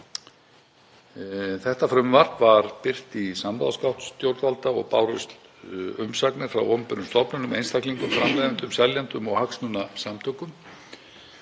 Þetta frumvarp var birt í samráðsgátt stjórnvalda og bárust umsagnir frá opinberum stofnunum, einstaklingum, framleiðendum, seljendum og hagsmunasamtökum.